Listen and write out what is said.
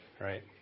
Right